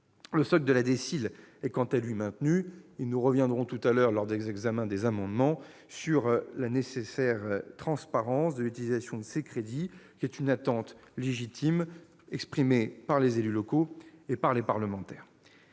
Le solde de la DSIL est quant à lui maintenu. Nous reviendrons, lors de l'examen des amendements, sur la nécessaire transparence de l'utilisation de ces crédits, car c'est une attente légitime exprimée par les élus locaux et par les parlementaires.